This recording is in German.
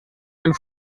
einen